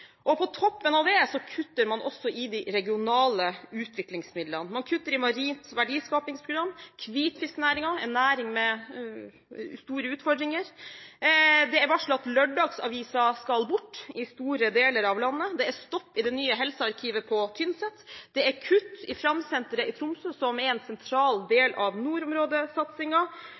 næringene. På toppen av det kutter man også i de regionale utviklingsmidlene. Man kutter i Marint verdiskapingsprogram, og hvitfisknæringen er en næring med store utfordringer. Det er varslet at lørdagsaviser skal bort i store deler av landet. Det er stopp for det nye helsearkivet på Tynset. Det er kutt i Framsenteret i Tromsø, som er en sentral del av